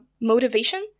motivation